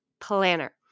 planner